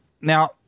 now